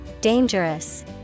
Dangerous